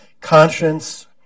conscience